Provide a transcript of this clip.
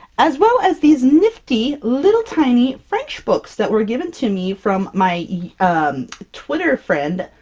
as well as these nifty, little tiny french books, that were given to me from my twitter friend,